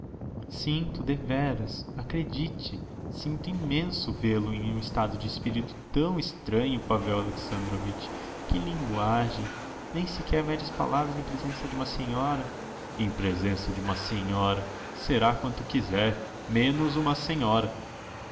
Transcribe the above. vez sinto devéras acredite sinto immenso vêl-o em um estado de espirito tão estranho pavel alexandrovitch que linguagem nem sequer méde as palavras em presença de uma senhora em presença de uma senhora será quanto quiser menos uma senhora